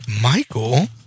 Michael